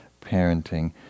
parenting